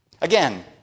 Again